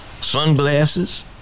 Sunglasses